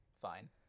fine